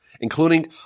including